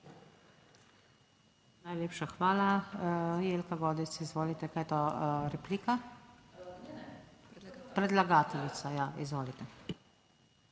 Najlepša hvala. Jelka Godec, izvolite. Kaj je to, replika? Predlagateljica, ja, izvolite.